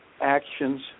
actions